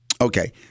Okay